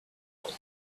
bulk